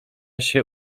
się